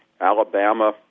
Alabama